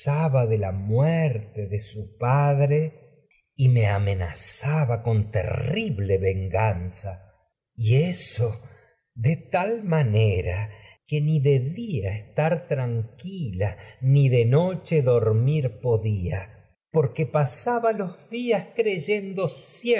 de la muerte de su padre y electra me amenazaba con terrible venganza y eso dé tal ma ñera que ni de día estar tranquila ni de noche dormir que me podía iban a porque matar pasaba los días creyendo